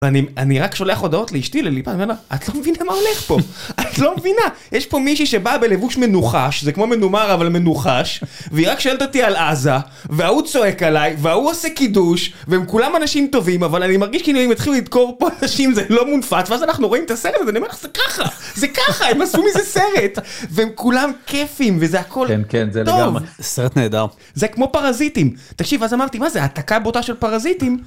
אני רק שולח הודעות לאשתי לליפה, אני אומר את לא מבינה מה הולך פה, את לא מבינה, יש פה מישהי שבאה בלבוש מנוחש, זה כמו מנומר אבל מנוחש, והיא רק שאלת אותי על עזה, וההוא צועק עליי, וההוא עושה קידוש, והם כולם אנשים טובים, אבל אני מרגיש כאילו הם התחילו לדקור פה אנשים, זה לא מונפט ואז אנחנו רואים את הסרט הזה, אני אומר לך, זה ככה, זה ככה, הם עשו איזה סרט והם כולם כיפים, וזה הכל טוב, כן כן, סרט נהדר, זה כמו פרזיטים, תקשיב אז אמרתי מה זה, עתקה הבוטה של פרזיטים?